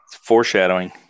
foreshadowing